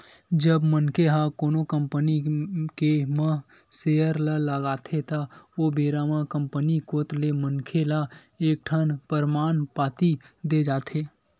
जब मनखे ह कोनो कंपनी के म सेयर ल लगाथे त ओ बेरा म कंपनी कोत ले मनखे ल एक ठन परमान पाती देय जाथे